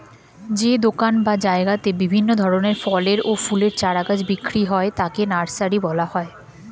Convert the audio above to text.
যে দোকান বা জায়গাতে বিভিন্ন ধরনের ফলের ও ফুলের চারা গাছ বিক্রি হয় তাকে নার্সারি বলা হয়